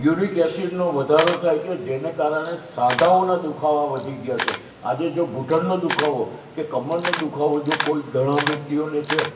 uric એસિડનો વધારો થાય છે જેને કારણે સાંધાઓનાં દુખાવા વધી ગયા છે આજે જો ઘૂંટણનો દુખાવો કે કમરનો દુખાવો જો કોઈ ઘણાં વ્યક્તિઓને છે